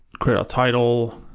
create a title.